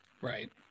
right